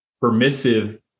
permissive